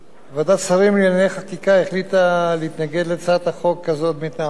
ועדת שרים לענייני חקיקה החליטה להתנגד להצעת החוק הזאת מהטעמים האלה: